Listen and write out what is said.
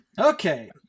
Okay